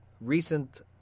recent